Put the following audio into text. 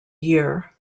year